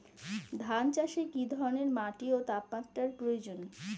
ধান চাষে কী ধরনের মাটি ও তাপমাত্রার প্রয়োজন?